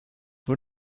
who